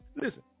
Listen